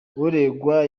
uregwa